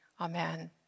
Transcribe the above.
Amen